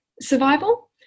survival